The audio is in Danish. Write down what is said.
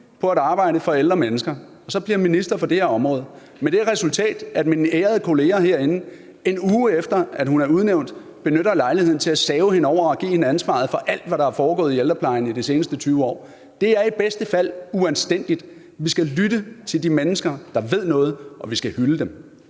på at arbejde for ældre mennesker. Hun bliver nu minister for det her område – med det resultat, at mine ærede kollegaer herinde, en uge efter at hun er udnævnt, benytter lejligheden til at save hende over og give hende ansvaret for alt, hvad der er foregået i ældreplejen de seneste 20 år. Det er i bedste fald uanstændigt. Vi skal lytte til de mennesker, der ved noget, og vi skal hylde dem.